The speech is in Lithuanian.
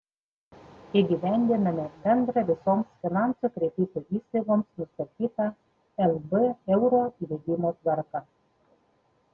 įgyvendiname bendrą visoms finansų kredito įstaigoms nustatytą lb euro įvedimo tvarką